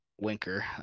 Winker